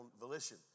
volition